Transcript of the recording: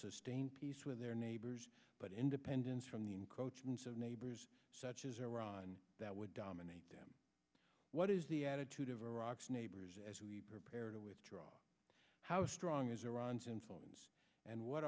sustain peace with their neighbors but independence from the encroachments of neighbors such as iran that would dominate them what is the attitude of iraq's neighbors as we prepare to withdraw how strong is iran since phones and what